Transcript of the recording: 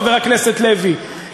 חבר הכנסת לוי,